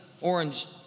orange